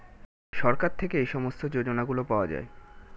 সরকার থেকে এই সমস্ত যোজনাগুলো পাওয়া যায়